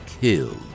killed